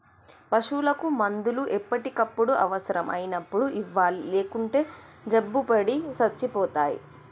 పశువులకు మందులు ఎప్పటికప్పుడు అవసరం అయినప్పుడు ఇవ్వాలి లేకుంటే జబ్బుపడి సచ్చిపోతాయి